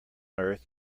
earth